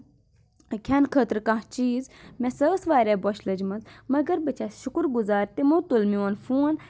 کھیٚنہٕ خٲطرٕ کانٛہہ چیٖز مےٚ سا ٲسۍ واریاہ بۄچھ لٔجمٕژ مگر بہٕ چھَس شُکُر گُزار تِمو تُل میون فون